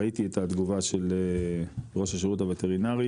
ראיתי את התגובה של ראש השירות הווטרינרי,